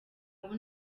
abo